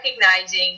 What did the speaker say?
recognizing